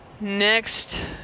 Next